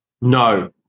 No